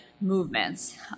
movements